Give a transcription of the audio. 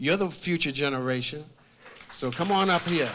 you're the future generation so come on up